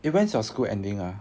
eh when's your school ending ah